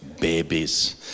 Babies